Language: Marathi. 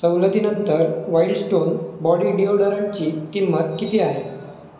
सवलतीनंतर वाईल्डस्टोन बॉडी डिओडरंटची किंमत किती आहे